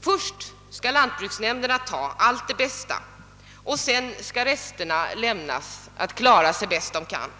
Först skall lantbruksnämnderna ta allt det bästa, sedan skall resterna lämnas att klara sig bäst de kan.